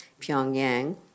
Pyongyang